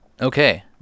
Okay